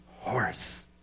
horse